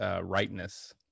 rightness